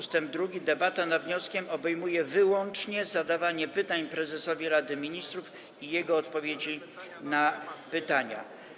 Ust. 2.: „Debata nad wnioskiem obejmuje wyłącznie zadawanie pytań Prezesowi Rady Ministrów i jego odpowiedzi na pytania”